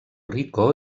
rico